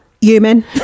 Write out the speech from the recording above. Human